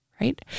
right